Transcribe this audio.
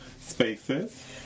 spaces